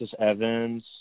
Evans